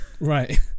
Right